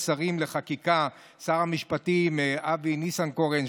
השרים לחקיקה שר המשפטים אבי ניסנקורן,